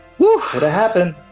whoa! could've happen,